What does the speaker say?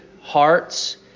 hearts